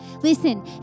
Listen